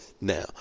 Now